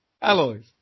alloys